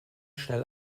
schnell